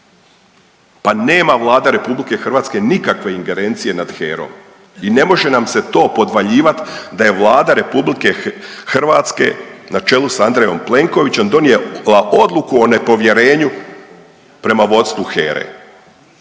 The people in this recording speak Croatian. Pa nema Vlada RH nikakve ingerencije nad HEROM i ne može nam se to podvaljivat da je Vlada RH na čelu s Andrejom Plenkovićem donijela odluku o nepovjerenju prema vodstvu HERE.